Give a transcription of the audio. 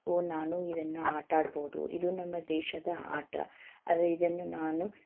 ಓ ನಾನು ಇದನ್ನುಆಟಾಡ್ಬೌದು ಇದು ನಮ್ಮ ದೇಶದ ಆಟ ಅದೆ ಇದನ್ನು ನಾನು